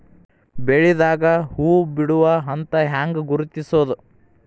ಬೆಳಿದಾಗ ಹೂ ಬಿಡುವ ಹಂತ ಹ್ಯಾಂಗ್ ಗುರುತಿಸೋದು?